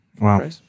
Wow